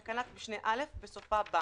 בתקנת משנה (א), בסופה בא: